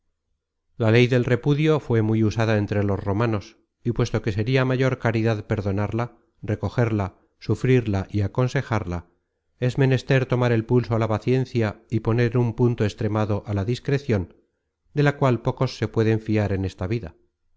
la ley del repudio fué muy usada entre los romanos y puesto que sería mayor caridad perdonarla recogerla sufrirla y aconsejarla es menester tomar el pulso á la paciencia y poner en un punto extremado á la discrecion de la cual pocos se pueden fiar en esta vida